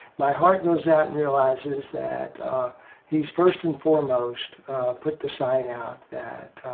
my heart goes out and realizes that he's first and foremost put the sign out that